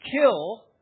kill